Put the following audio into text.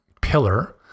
pillar